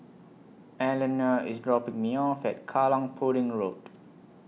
Elinor IS dropping Me off At Kallang Pudding Road